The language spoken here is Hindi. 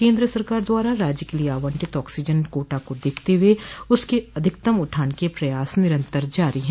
भारत सरकार द्वारा राज्य के लिये आवंटित ऑक्सीजन कोटा को देखते हुए उसके अधिकतम उठान के प्रयास निरन्तर जारी है